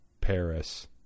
Paris